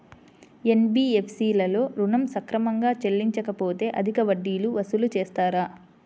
NBFC లలో ఋణం సక్రమంగా చెల్లించలేకపోతె అధిక వడ్డీలు వసూలు చేస్తారా?